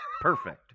Perfect